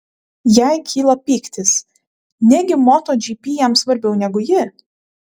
jai kyla pyktis negi moto gp jam svarbiau negu ji